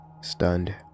Stunned